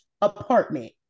apartment